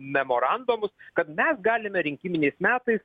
memorandumus kad mes galime rinkiminiais metais